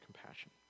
compassion